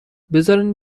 بزارین